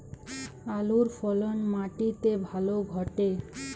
আলুর ফলন মাটি তে ভালো ঘটে?